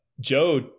Joe